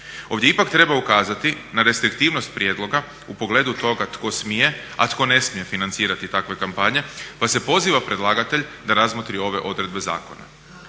Ovdje ipak treba ukazati na restriktivnost prijedloga u pogledu toga tko smije, a tko ne smije financirati takve kampanje pa se poziva predlagatelj da razmotri ove odredbe zakona.